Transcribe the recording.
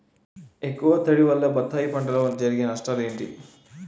ఎక్కువ తడి వల్ల బత్తాయి పంటలో జరిగే నష్టాలేంటి?